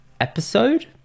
episode